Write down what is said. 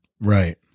Right